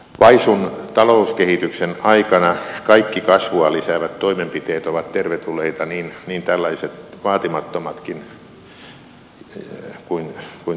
vaisun talouskehityksen aikana kaikki kasvua lisäävät toimenpiteet ovat tervetulleita tällaiset vaatimattomatkin kuten tässä tapauksessa